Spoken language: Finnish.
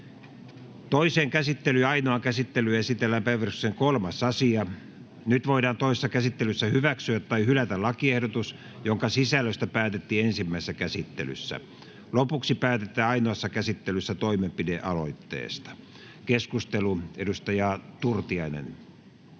Toiseen käsittelyyn ja ainoaan käsittelyyn esitellään päiväjärjestyksen 3. asia. Nyt voidaan toisessa käsittelyssä hyväksyä tai hylätä lakiehdotus, jonka sisällöstä päätettiin ensimmäisessä käsittelyssä. Lopuksi päätetään ainoassa käsittelyssä toimenpidealoitteesta. — Keskustelu, edustaja Turtiainen.